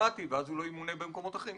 כפרובלמטי כך שהוא לא ימונה במקומות אחרים.